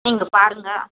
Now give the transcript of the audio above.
நீங்கள் பாருங்க